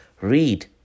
Read